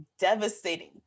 devastating